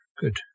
good